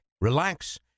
relax